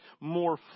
more